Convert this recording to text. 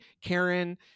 Karen